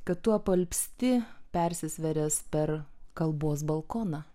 kad tu apalpsti persisvėręs per kalbos balkoną